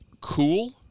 cool